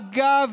אגב,